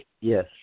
yes